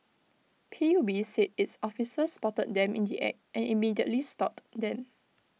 P U B said its officers spotted them in the act and immediately stopped them